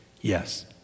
yes